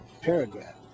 paragraph